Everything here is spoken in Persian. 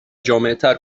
جامعتر